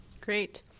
Great